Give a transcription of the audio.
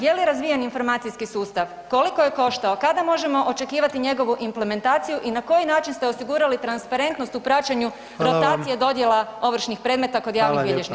Je li razvijen informacijski sustav, koliko je koštao, kada možemo očekivati njegovu implementaciju i na koji način ste osigurali transparentnost u praćenju rotacije dodjela [[Upadica: Hvala vam.]] ovršnih predmeta kod javnih bilježnika?